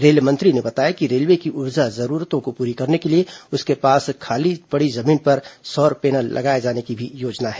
rail मंत्री ने बताया कि रेलवे की ऊर्जा जरूरतों को पूरा करने के लिए उसके पास खाली पड़ी जमीन पर सौर पैनल लगाए जाने की भी योजना है